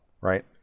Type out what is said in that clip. right